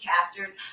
casters